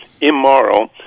immoral